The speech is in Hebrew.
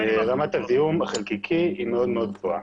רמת הזיהום החלקיקי היא מאוד מאוד גבוהה.